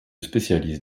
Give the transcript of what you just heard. spécialise